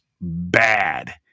bad